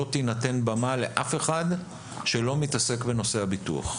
לא תינתן במה לאף אחד שלא מתעסק בנושא הביטוח.